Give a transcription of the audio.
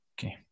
Okay